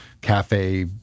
cafe